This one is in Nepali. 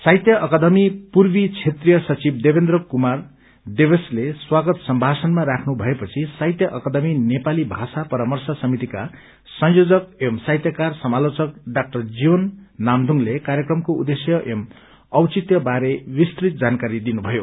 साहित्य अकादमी पूर्वी क्षेत्रिय सचिव देबेन्द्र कुमार देवेसले स्वागत संभाषण राख्नु भएपछि साहित्य अकादमी नेपाली भाषा परार्मष समितिका संयोजक एंव साहित्यकार समालोचक डाक्टर जीवन नाम्दूंगले कार्यकमको उद्वेश्य एंव औचित्य बारे विस्तृत जानकारी दिनु भयो